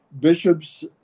bishops